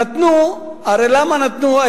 הרי למה נתנו?